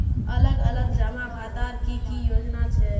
अलग अलग जमा खातार की की योजना छे?